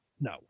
No